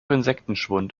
insektenschwund